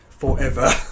Forever